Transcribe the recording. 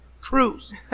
cruise